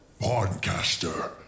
Podcaster